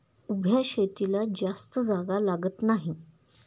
उभ्या शेतीला जास्त जागा लागत नाही